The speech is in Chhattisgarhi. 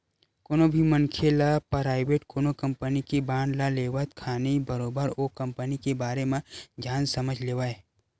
कोनो भी मनखे ल पराइवेट कोनो कंपनी के बांड ल लेवत खानी बरोबर ओ कंपनी के बारे म जान समझ लेवय